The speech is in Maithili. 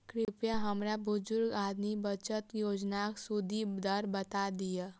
कृपया हमरा बुजुर्ग आदमी बचत योजनाक सुदि दर बता दियऽ